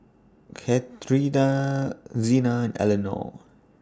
Katharina Xena Elenore